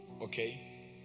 Okay